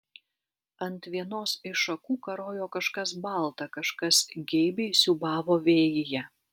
ant vienos iš šakų karojo kažkas balta kažkas geibiai siūbavo vėjyje